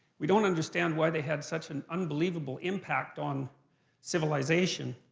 we don't understand why they had such an unbelievable impact on civilization.